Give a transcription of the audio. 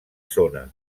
zona